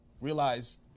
realize